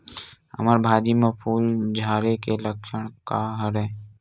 हमर भाजी म फूल झारे के लक्षण का हरय?